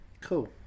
Cool